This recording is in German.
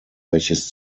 welches